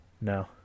no